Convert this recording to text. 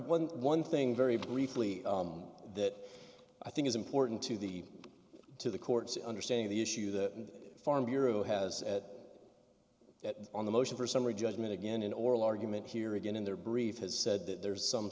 one one thing very briefly that i think is important to the to the courts understanding the issue the farm bureau has that that on the motion for summary judgment again in oral argument here again in their brief has said that there is some